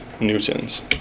newtons